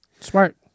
smart